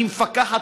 אני מפקחת,